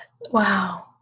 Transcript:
Wow